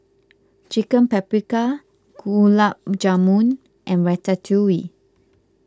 Chicken Paprikas Gulab Jamun and Ratatouille